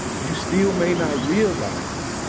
you still may not realize it,